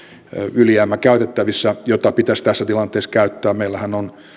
ylijäämä jota pitäisi tässä tilanteessa käyttää meillähän on